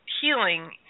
healing